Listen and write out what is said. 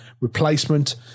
replacement